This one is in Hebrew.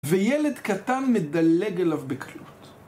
וילד קטן מתדלג אליו בקלות.